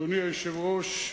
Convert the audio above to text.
אדוני היושב-ראש,